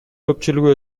көпчүлүгү